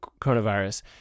coronavirus